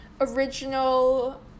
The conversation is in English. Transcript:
original